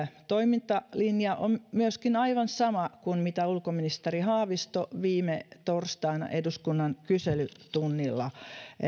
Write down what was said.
toimintalinja on myöskin aivan sama kuin mitä ulkoministeri haavisto viime torstaina eduskunnan kyselytunnilla